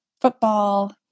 football